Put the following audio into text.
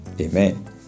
Amen